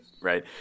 Right